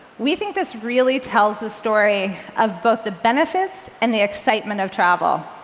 we think this really tells the story of both the benefits and the excitement of travel.